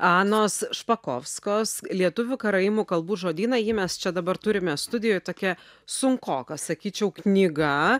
anos špakovskos lietuvių karaimų kalbų žodyną jį mes čia dabar turime studijoj tokia sunkoka sakyčiau knyga